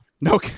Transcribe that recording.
No